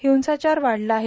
हिंसाचार वाढला आहे